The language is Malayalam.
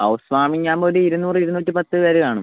ഹൗസ് വാർമിങ്ങ് ആവുമ്പോൾ ഒരു ഇരുനൂറ് ഇരുനൂറ്റി പത്ത് പേർ കാണും